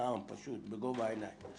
ובגובה העיניים.